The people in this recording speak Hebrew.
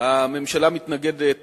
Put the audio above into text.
הממשלה מתנגדת